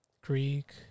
Greek